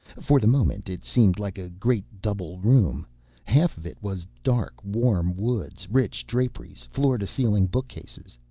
for the moment, it seemed like a great double room half of it was dark, warm woods, rich draperies, floor-to-ceiling bookcases.